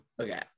Okay